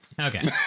Okay